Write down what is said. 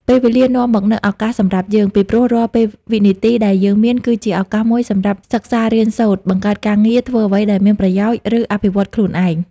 ពេលវេលានាំមកនូវឱកាសសម្រាប់យើង ពីព្រោះរាល់ពេលវិនាទីដែលយើងមាន គឺជាឱកាសមួយសម្រាប់សិក្សារៀនសូត្រ បង្កើតការងារ ធ្វើអ្វីដែលមានប្រយោជន៍ ឬអភិវឌ្ឍខ្លួនឯង។